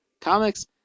comics